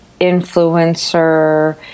influencer